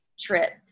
trip